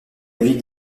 ville